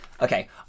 Okay